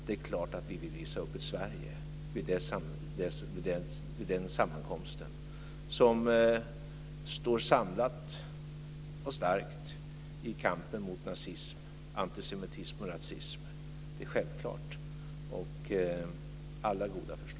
Det är självklart att vi vid den sammankomsten vill visa upp ett Sverige som står samlat och starkt i kampen mot nazism, antisemitism och rasism. Alla goda förslag tas emot.